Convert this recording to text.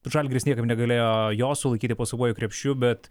žalgiris niekaip negalėjo jo sulaikyti po savuoju krepšiu bet